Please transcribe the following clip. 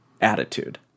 attitude